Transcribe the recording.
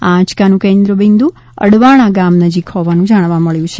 આ આંચકાનું કેન્દ્ર બિન્દુ અડવાણા ગામ નજીક હોવાનું જાણવા મબ્યું છે